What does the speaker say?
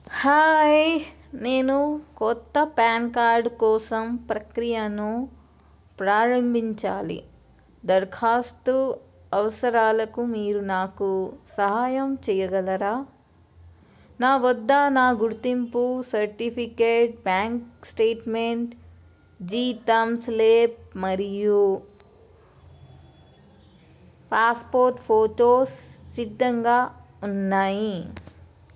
hi నేను క్రొత్త PAN card కోసం ప్రక్రియను ప్రారంభించాలి దరఖాస్తు అవసరాలకు మీరు నాకు సహాయం చేయగలరా నా వద్ద నా గుర్తింపు సర్టిఫికేట్ బ్యాంక్ స్టేట్మెంట్ జీతం స్లిప్ మరియు పాస్పోర్ట్ ఫోటో సిద్ధంగా ఉన్నాయి